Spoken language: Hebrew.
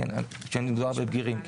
כשמדובר בבגירים.